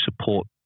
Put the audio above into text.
support